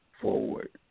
Forward